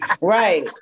Right